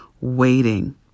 waiting